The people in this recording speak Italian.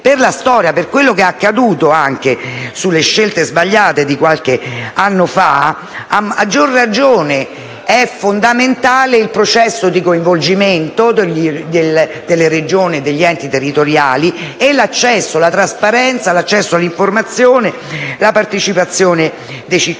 Paese, per quanto accaduto sulle scelte sbagliate di qualche anno fa, a maggior ragione è fondamentale il processo di coinvolgimento delle Regioni e degli enti territoriali, la trasparenza, l'accesso alle informazioni e la partecipazione dei cittadini;